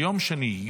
ביום שני,